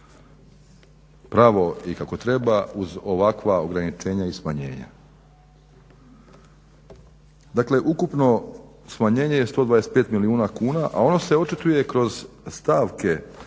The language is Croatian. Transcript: pravo i kako treba uz ovakva ograničenja i smanjenja. Dakle ukupno smanjenje je 125 milijuna kuna, a ono se očituje kroz stavke